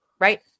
right